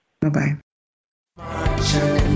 Bye-bye